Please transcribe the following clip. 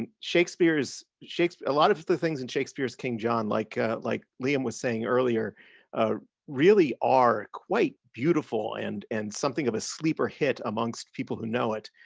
and shakespeare's shakespeare's a lot of the things in shakespeare's king john like like liam was saying earlier really are quite beautiful and and something of a sleeper hit amongst people who know it,